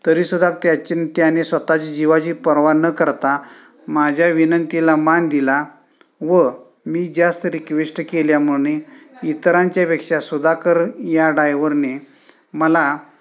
तरीसुद्धा त्याची त्याने स्वतःची जीवाची पर्वा न करता माझ्या विनंतीला मान दिला व मी जास्त रिक्वेस्ट केल्यामुळे इतरांच्या पेक्षा सुदाकर या डायव्हरने मला